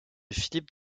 philippe